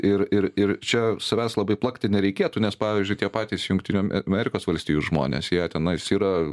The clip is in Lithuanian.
ir ir ir čia savęs labai plakti nereikėtų nes pavyzdžiui tie patys jungtinių amerikos valstijų žmonės jie tenais yra